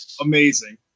amazing